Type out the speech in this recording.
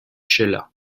sheila